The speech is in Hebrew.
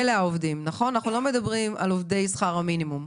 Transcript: אנחנו לא מדברים על עובדי שכר המינימום.